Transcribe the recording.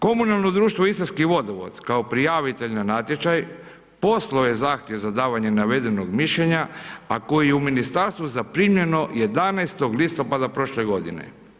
Komunalno društvo Istarski vodovod kao prijavitelj na natječaj, poslao je zahtjev za davanje navedenog mišljenja, a koji je u Ministarstvo zaprimljeno 11. listopada prošle godine.